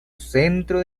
centro